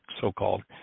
so-called